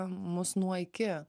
mus nuo iki